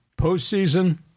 postseason